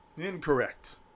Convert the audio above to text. incorrect